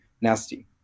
nasty